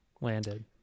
landed